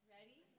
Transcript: Ready